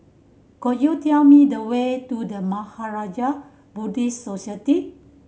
could you tell me the way to The Mahaprajna Buddhist Society